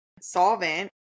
solvent